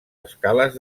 escales